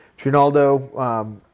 Trinaldo